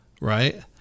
right